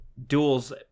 duels